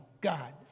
God